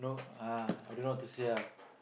no uh I don't know what to say ah